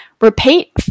repeat